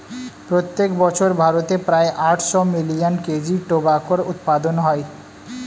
প্রত্যেক বছর ভারতে প্রায় আটশো মিলিয়ন কেজি টোবাকোর উৎপাদন হয়